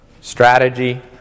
strategy